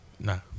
no